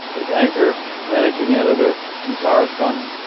as anchor, managing editor and correspondent.